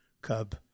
cub